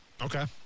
Okay